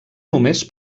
només